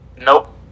Nope